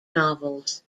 novels